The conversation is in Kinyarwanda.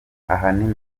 ahanini